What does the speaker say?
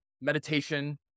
meditation